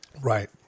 right